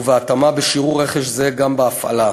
ובהתאמה, בשיעור רכש זה גם בהפעלה.